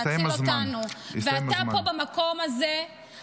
הסתיים הזמן, הסתיים הזמן.